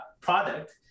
product